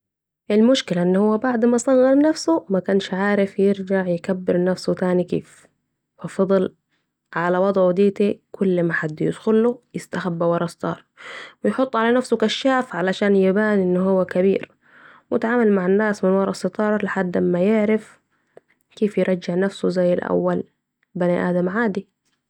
المشكلة أن هو بعد مصغر نفسه مكنش عارف يرجع يكبر نفسه تاني كيف فا فضل علي وضعه ديتي كل ما حد يدخله يستخبي ورا ستار و يحط على نفسه كشاف علشان يبان ان هو كبر ، واتعامل مع الناس من ورا ستار لحد ما يعرف كيف يرجع نفسه زي الأول ، بني آدم عادي